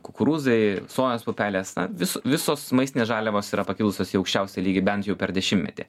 kukurūzai sojos pupelės na vis visos maistinės žaliavos yra pakilusios į aukščiausią lygį bent jau per dešimtmetį